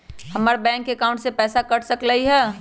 हमर bank account से पैसा कट सकलइ ह?